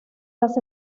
las